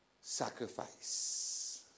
sacrifice